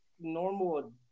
normal